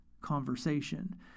conversation